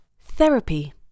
Therapy